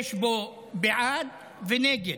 שיש בו בעד ונגד,